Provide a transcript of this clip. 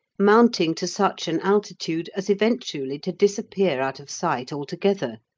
mounting to such an altitude as eventually to disappear out of sight altogether.